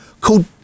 called